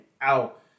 out